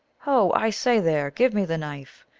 ho! i say there! give me the knife,